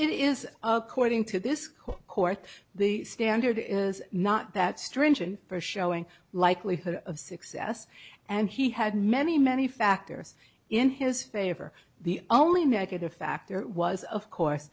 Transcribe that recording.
it is according to this court the standard is not that stringent for showing likelihood of success and he had many many factors in his favor the only negative factor was of course